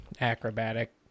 acrobatic